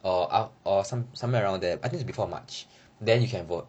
or uh or somewhere around there I think is before march then you can vote